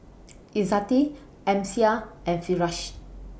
Izzati Amsyar and Firash